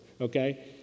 okay